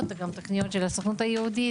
תוכניות, וגם תוכניות של הסוכנות היהודית.